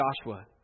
Joshua